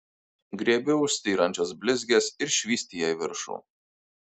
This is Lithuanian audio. griebiu už styrančios blizgės ir švyst ją į viršų